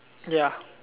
ya